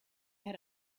had